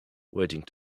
waiting